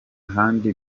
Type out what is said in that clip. handi